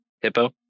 hippo